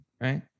right